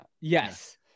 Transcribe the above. yes